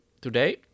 today